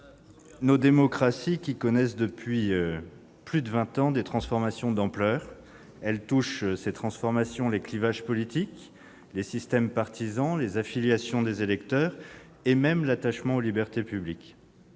Nos démocraties connaissent depuis plus de vingt ans des transformations d'ampleur. Elles touchent aux clivages politiques, aux systèmes partisans, aux affiliations des électeurs et même à l'attachement aux libertés publiques.